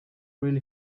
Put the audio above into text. really